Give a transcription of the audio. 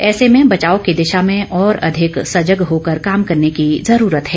ऐसे में बचाव की दिशा में और अधिक सजग होकर काम करने की जरूरत है